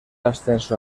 ascenso